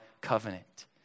covenant